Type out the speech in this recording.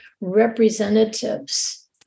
representatives